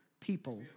people